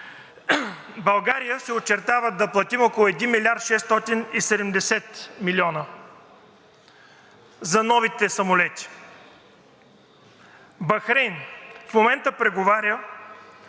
България се очертава да плати около 1 милиард 670 милиона за новите самолети. Бахрейн в момента преговаря